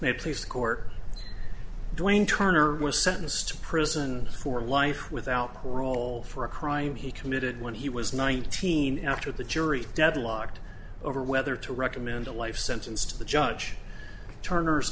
place court doing turner was sentenced to prison for life without parole for a crime he committed when he was nineteen after the jury deadlocked over whether to recommend a life sentence to the judge turner's